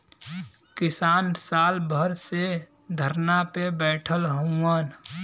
किसान साल भर से धरना पे बैठल हउवन